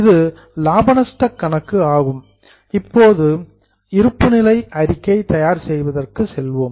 இது லாப நஷ்டக் கணக்கு ஆகும் இப்போது நாம் இருப்பு நிலை அறிக்கை தயார் செய்வதற்கு செல்வோம்